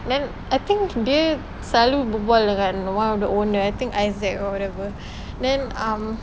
then I think dia selalu berbual dengan one of the owner I think isaac or whatever then um